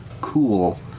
cool